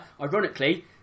ironically